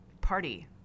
party